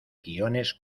guiones